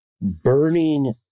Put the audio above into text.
burning